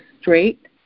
straight